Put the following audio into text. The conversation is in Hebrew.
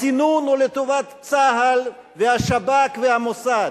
הצינון הוא לטובת צה"ל, והשב"כ והמוסד,